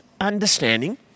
understanding